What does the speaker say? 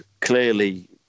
clearly